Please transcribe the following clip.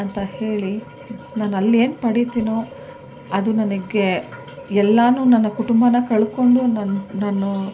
ಅಂತ ಹೇಳಿ ನಾನು ಅಲ್ಲೇನು ಪಡಿತೀನೋ ಅದು ನನಗೆ ಎಲ್ಲನೂ ನನ್ನ ಕುಟುಂಬನ ಕಳ್ಕೊಂಡು ನಾನು ನಾನು